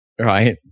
Right